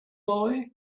boy